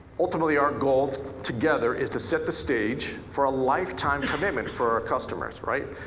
ultimately our goal together is to set the stage for a lifetime commitment for our customers, right?